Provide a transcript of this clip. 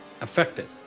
affected